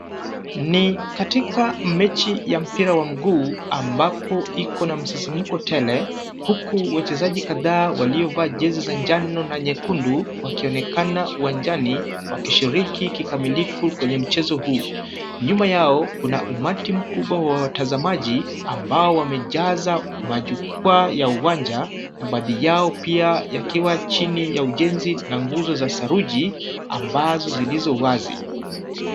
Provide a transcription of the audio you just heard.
Ni katika mechi ya mpira wa mguu ambapo iko na msisimko tele huku wachezaji kadhaa waliovaa jezi za njano na nyekundu wakionekana uwanjani wakishiriki kikamilifu kwenye mchezo huu. Nyuma yao kuna umati mkubwa wa watazamaji ambao wamejaza majukwaa ya uwanja na baadhi yao pia yakiwa chini ya ujenzi na nguzo za saruji ambazo zilizo wazi.